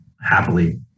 happily